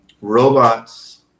Robots